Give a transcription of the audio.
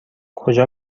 کجا